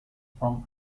from